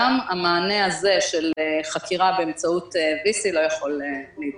המענה הזה של חקירה באמצעות VC לא יכולה להתבצע.